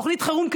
תוכנית חירום,